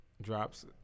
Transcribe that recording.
drops